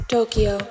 Tokyo